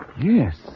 Yes